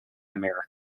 america